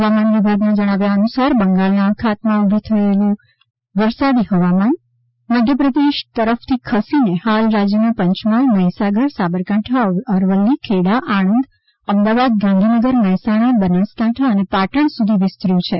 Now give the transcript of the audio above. હવામાન વિભાગના જણાવ્યા અનુસાર બંગાળના અખાતમાં ઉભી થયેલું વરસાદી હવામાન મધ્યપ્રદેશ તરફથી ખસીને હાલ રાજ્યના પંચમહાલ મહિસાગર સાબરકાંઠા અરવલ્લી ખેડા આણંદ અમદાવાદ ગાંધીનગર મહેસાણા બનાસકાંઠા અને પાટણ સુધી વિસ્તર્યું છે